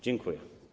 Dziękuję.